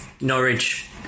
Norwich